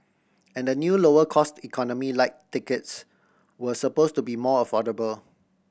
and a new lower cost Economy Lite tickets were suppose to be more affordable